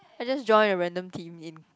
I just join a random team in